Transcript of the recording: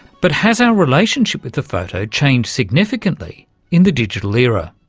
but has our relationship with the photo changed significantly in the digital era?